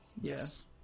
yes